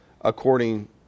according